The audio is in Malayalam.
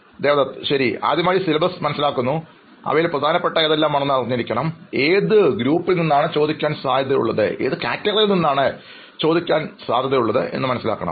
അഭിമുഖം സ്വീകരിക്കുന്നയാൾ ശരിആദ്യമായി സിലബസ് മനസ്സിലാക്കുന്നു അവയിൽ പ്രധാനപ്പെട്ടവ എന്തെല്ലാമാണെന്ന് അറിഞ്ഞിരിക്കണം അവർ ഏത് വിഭാഗത്തിൽ നിന്നാണ് ചോദിക്കാൻ സാധ്യതയുള്ളത് എന്നു മനസ്സിലാക്കണം